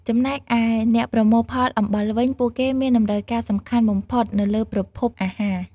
ចំណែកឯអ្នកប្រមូលផលអំបិលវិញ ពួកគេមានតម្រូវការសំខាន់បំផុតទៅលើប្រភពអាហារ។